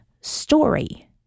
story